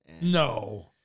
No